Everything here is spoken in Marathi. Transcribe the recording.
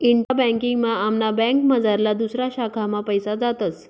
इंटा बँकिंग मा आमना बँकमझारला दुसऱा शाखा मा पैसा जातस